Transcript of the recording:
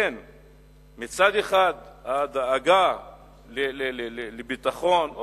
בין הדאגה לביטחון,